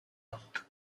art